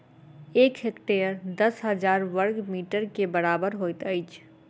एक हेक्टेयर दस हजार बर्ग मीटर के बराबर होइत अछि